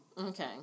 Okay